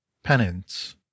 penance